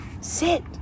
sit